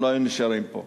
לא היו נשארים פה.